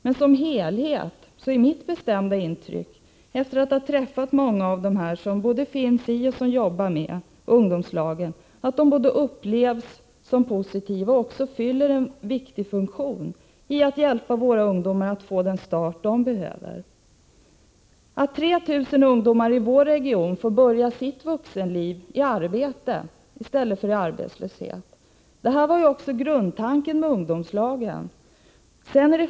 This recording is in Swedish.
Men som helhet är mitt bestämda intryck, efter att ha träffat många av dem som ingår i och jobbar med ungdomslagen, att ungdomslagen upplevs som positiva och även fyller en viktig funktion när det gäller att hjälpa våra ungdomar att få den start de behöver. Ungdomslagen betyder att 3 000 ungdomar i vår region får börja sitt vuxenliv i arbete i stället för i arbetslöshet. Det var också grundtanken med ungdomslagen.